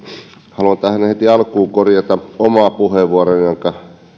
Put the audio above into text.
haluan tähän heti alkuun korjata omaa puheenvuoroani jonka